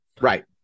Right